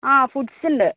ആ ഫുഡ്സ് ഉണ്ട്